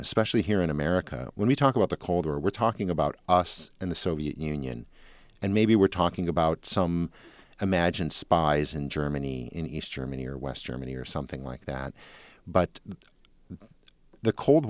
especially here in america when we talk about the colder we're talking about in the soviet union and maybe we're talking about some imagined spies in germany in east germany or west germany or something like that but the